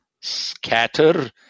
scatter